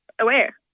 aware